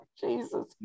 Jesus